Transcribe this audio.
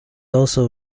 also